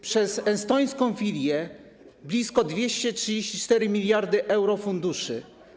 Przez estońską filię blisko 234 mld euro funduszy.